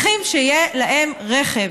שיהיה להם רכב.